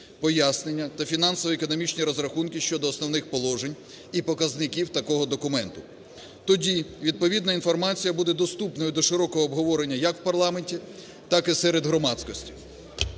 пояснення та фінансово-економічні розрахунки щодо основних положень і показників такого документу. Тоді відповідна інформація буде доступною до широкого обговорення як в парламенті, так і серед громадськості.